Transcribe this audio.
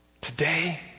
today